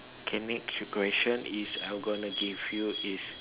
okay next question is I'm going to give you is